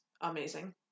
amazing